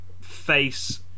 face